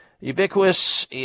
ubiquitous